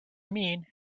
mean